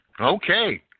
Okay